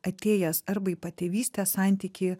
atėjęs arba į patėvystės santykį